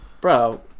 Bro